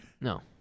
No